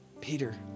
Peter